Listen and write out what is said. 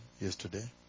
yesterday